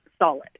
solid